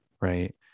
right